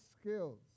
skills